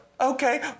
okay